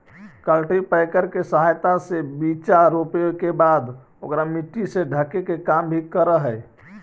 cultipacker के सहायता से बीचा रोपे के बाद ओकरा मट्टी से ढके के काम भी करऽ हई